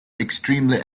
extremely